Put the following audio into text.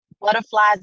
Butterflies